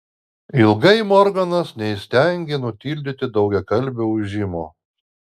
ilgai morganas neįstengė nutildyti daugiakalbio ūžimo